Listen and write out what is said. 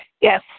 Yes